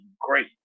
great